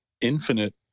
infinite